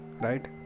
right